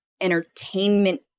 entertainment